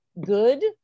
good